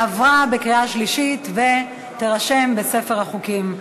עברה בקריאה שלישית ותירשם בספר החוקים.